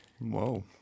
Whoa